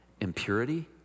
Impurity